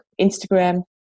Instagram